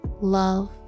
love